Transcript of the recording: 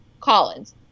Collins